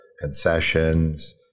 concessions